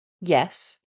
Yes